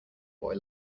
boy